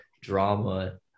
drama –